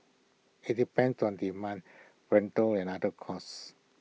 IT depends on demand rental and other costs